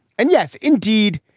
and yes, indeed,